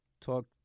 talk